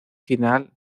final